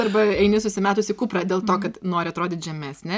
arba eini susimetusi į kuprą dėl to kad nori atrodyt žemesnė